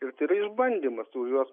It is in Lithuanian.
ir tai yra išbandymas tu už juos